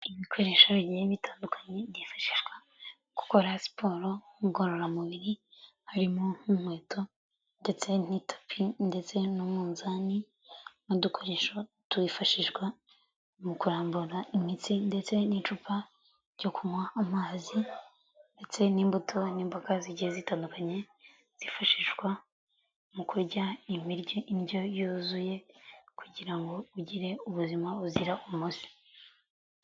Ibikoresho bigiye bitandukanye, byifashishwa mu gukora siporo, ngororamubiri, harimo nk'inkweto, ndetse n'itapi ndetse n'umunzani, n'udukoresho twifashishwa mu kurambura imitsi ndetse n'icupa ryo kunywa amazi, ndetse n'imbuto n'imboga zigiye zitandukanye, zifashishwa mu kurya imiryi, indyo yuzuye, kugira ngo ugire ubuzima buzira umuze.